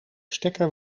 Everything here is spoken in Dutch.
stekker